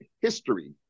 history